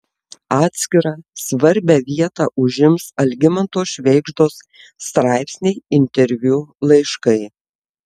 atskirą svarbią vietą užims algimanto švėgždos straipsniai interviu laiškai